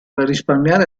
risparmiare